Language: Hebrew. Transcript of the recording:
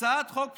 הצעת חוק פשוטה,